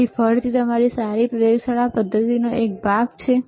તેથી ફરીથી તમારી સારી પ્રયોગશાળા પદ્ધતિઓનો એક ભાગ છે